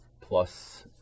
plus